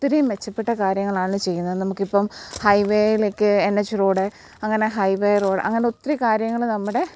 ഒത്തിരി മെച്ചപ്പെട്ട കാര്യങ്ങളാണ് ചെയ്യുന്നത് നമുക്കിപ്പം ഹൈവേയിലൊക്കെ എൻ എച്ച് റോഡ് അങ്ങനെ ഹൈവേ റോഡ് അങ്ങനെ ഒത്തിരി കാര്യങ്ങൾ നമ്മുടെ